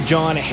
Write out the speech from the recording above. John